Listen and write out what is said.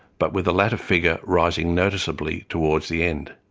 but with the latter figure rising noticeably towards the end.